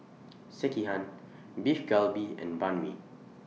Sekihan Beef Galbi and Banh MI